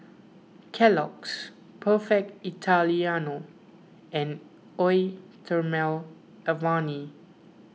Kellogg's Perfect Italiano and Eau thermale Avene